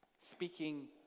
speaking